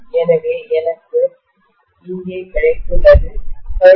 எனவே எனக்கு இங்கே கிடைத்துள்ளது ஹெர்ட்ஸ்